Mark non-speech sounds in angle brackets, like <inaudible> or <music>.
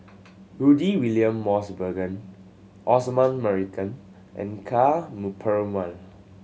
Rudy William Mosbergen Osman Merican and Ka <unintelligible> Perumal